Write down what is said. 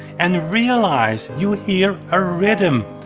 and realize you hear a rhythm,